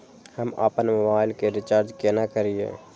हम आपन मोबाइल के रिचार्ज केना करिए?